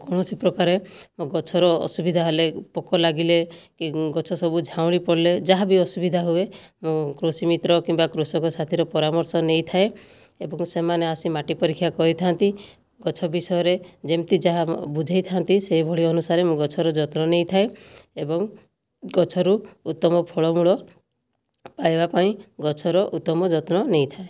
କୌଣସି ପ୍ରକାରେ ମୋ' ଗଛର ଅସୁବିଧା ହେଲେ ପୋକ ଲାଗିଲେ କି ଗଛ ସବୁ ଝାଉଁଳି ପଡ଼ିଲେ ଯାହା ବି ଅସୁବିଧା ହୁଏ ମୁଁ କୃଷି ମିତ୍ର କିମ୍ବା କୃଷକ ସାଥୀର ପରାମର୍ଶ ନେଇଥାଏ ଏବଂ ସେମାନେ ଆସି ମାଟି ପରୀକ୍ଷା କରିଥାନ୍ତି ଗଛ ବିଷୟରେ ଯେମିତି ଯାହା ବୁଝେଇ ଥାଆନ୍ତି ସେହିଭଳି ଅନୁସାରେ ମୁଁ ଗଛର ଯତ୍ନ ନେଇଥାଏ ଏବଂ ଗଛରୁ ଉତ୍ତମ ଫଳ ମୂଳ ପାଇବା ପାଇଁ ଗଛର ଉତ୍ତମ ଯତ୍ନ ନେଇଥାଏ